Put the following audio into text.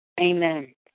Amen